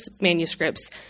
manuscripts